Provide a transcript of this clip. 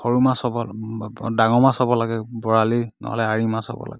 সৰু মাছ হ'ব ডাঙৰ মাছ হ'ব লাগে বৰালি নহ'লে আঁৰি মাছ হ'ব লাগে